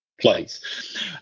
place